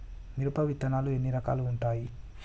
మిరప విత్తనాలు ఎన్ని రకాలు ఉంటాయి?